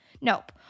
Nope